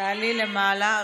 תעלי למעלה.